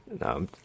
no